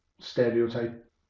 stereotype